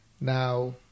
now